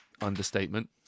understatement